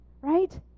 Right